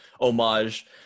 homage